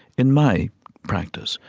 in my practice.